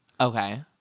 Okay